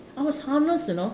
I was harnessed you know